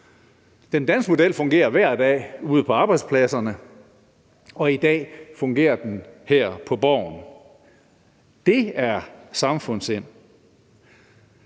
Den danske model fungerer hver dag ude på arbejdspladserne, og i dag fungerer den her på Borgen. Det er samfundssind.